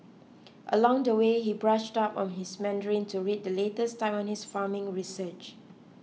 along the way he brushed up on his Mandarin to read the latest Taiwanese farming research